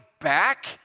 back